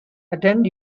attend